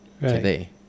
today